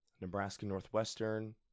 Nebraska-Northwestern